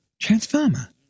Transformer